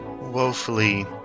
woefully